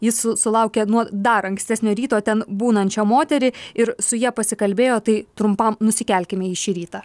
jis sulaukė nuo dar ankstesnio ryto ten būnančią moterį ir su ja pasikalbėjo tai trumpam nusikelkime į šį rytą